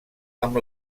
amb